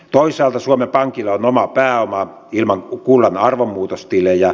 toisaalta suomen pankilla on omaa pääomaa ilman kullan arvomuutostilejä